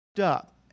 up